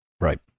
Right